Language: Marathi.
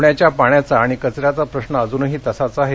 पुण्याचा पाण्याचा आणि कचऱ्याचा प्रश्नही अजून तसाच आहे